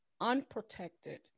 Unprotected